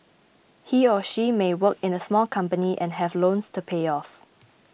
he or she may work in a small company and have loans to pay off